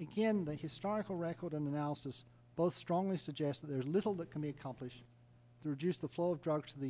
again the historical record and analysis both strongly suggest there's little that can be accomplished there just the flow of drugs to the